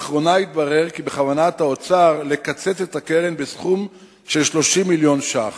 לאחרונה התברר כי בכוונת האוצר לקצץ את הקרן בסכום של 30 מיליון ש"ח.